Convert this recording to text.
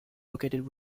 located